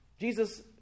Jesus